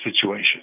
situation